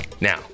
Now